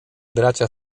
bracia